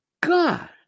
God